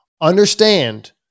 understand